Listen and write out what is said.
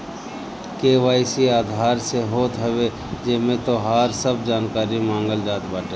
KYC Aadhaar से होत हवे जेमे तोहार सब जानकारी मांगल जात बाटे